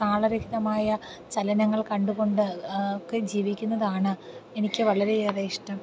താളരഹിതമായ ചലനങ്ങൾ കണ്ടുകൊണ്ട് ഒക്കെ ജീവിക്കുന്നതാണ് എനിക്ക് വളരെയേറെ ഇഷ്ടം